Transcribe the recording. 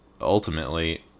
ultimately